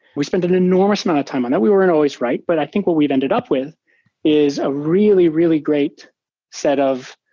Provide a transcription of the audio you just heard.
we spent an enormous amount of time on that. we weren't always always right, but i think what we've ended up with is a really, really great set of,